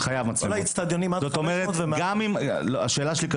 כל האצטדיונים עד 500 --- נניח מישהו התפרע